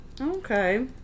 Okay